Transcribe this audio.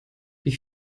wie